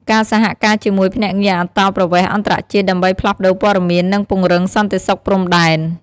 ការសហការជាមួយភ្នាក់ងារអន្តោប្រវេសន៍អន្តរជាតិដើម្បីផ្លាស់ប្តូរព័ត៌មាន និងពង្រឹងសន្តិសុខព្រំដែន។